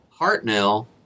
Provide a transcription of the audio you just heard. Hartnell